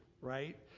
right